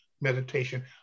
meditation